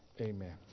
Amen